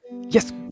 Yes